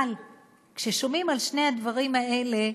אבל כששומעים על שני הדברים האלה,